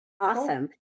Awesome